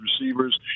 receivers